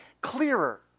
clearer